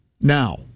now